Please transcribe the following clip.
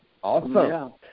Awesome